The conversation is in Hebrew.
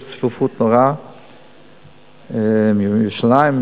יש צפיפות נוראה בירושלים,